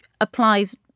applies